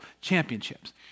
championships